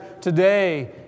today